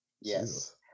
Yes